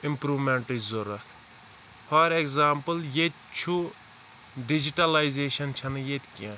اِمپرومیٚنٹٕچ ضروٗرَت for example ییٚتہِ چھُ ڈِجِٹَلَیزیشَن چھَنہِ ییٚتہِ کینٛہہ